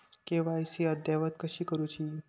KYC अद्ययावत कशी करुची?